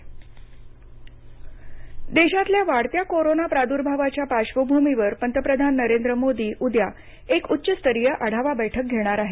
पंतप्रधान कोविड बैठक देशातल्या वाढत्या कोरोना प्रादुर्भावाच्या पार्श्वभूमीवर पंतप्रधान नरेंद्र मोदी उद्या एक उच्चस्तरीय आढावा बैठक घेणार आहेत